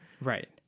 Right